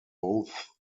both